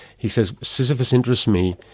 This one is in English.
he says, sisyphus interests me.